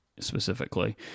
Specifically